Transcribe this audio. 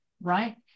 right